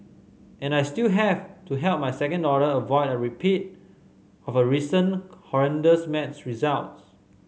and I still have to help my second daughter avoid a repeat of her recent horrendous maths results